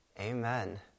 Amen